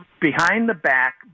behind-the-back